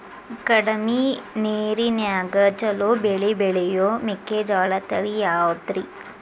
ಕಡಮಿ ನೇರಿನ್ಯಾಗಾ ಛಲೋ ಬೆಳಿ ಬೆಳಿಯೋ ಮೆಕ್ಕಿಜೋಳ ತಳಿ ಯಾವುದ್ರೇ?